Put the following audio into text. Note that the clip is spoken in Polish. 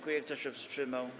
Kto się wstrzymał?